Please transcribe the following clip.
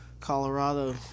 Colorado